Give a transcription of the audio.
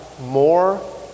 More